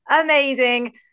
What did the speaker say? amazing